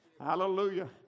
Hallelujah